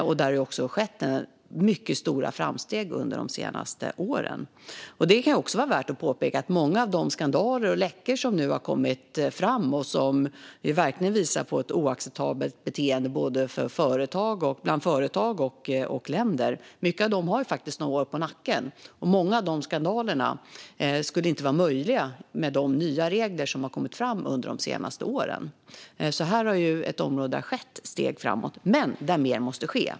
Det har också skett mycket stora framsteg under de senaste åren. Det kan vara värt att påpeka att många av de skandaler och läckor som nu har kommit fram och som verkligen visar på ett oacceptabelt beteende bland både företag och länder har några år på nacken. Många av dessa skandaler skulle inte vara möjliga med de nya regler som har kommit fram under de senaste åren. Det här är ett område där det har tagits steg framåt men där mer måste ske.